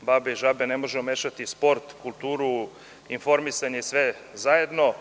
babe i žabe. Ne možemo mešati sport, kulturu, informisanje. Mi smo